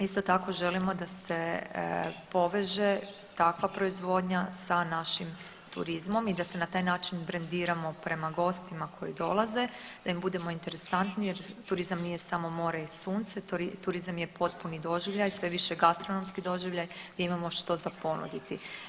Isto tako želimo da se poveže takva proizvodnja sa našim turizmom i da se na taj način brendiramo prema gostima koji dolaze, da im budemo interesantni jer turizam nije samo more i sunce, turizam je potpuni doživljaj, sve više gastronomski doživljaj gdje imamo što za ponuditi.